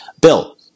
Bill